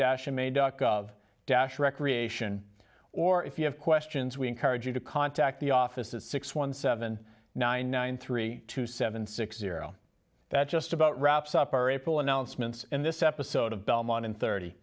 a dot gov dash recreation or if you have questions we encourage you to contact the office at six one seven nine nine three two seven six zero that just about wraps up our april announcements in this episode of belmont and thirty